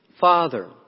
Father